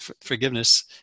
forgiveness